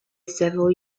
several